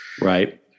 Right